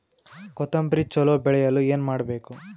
ಕೊತೊಂಬ್ರಿ ಚಲೋ ಬೆಳೆಯಲು ಏನ್ ಮಾಡ್ಬೇಕು?